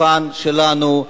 אני מזמין אתכם לשולחן שלנו,